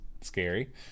scary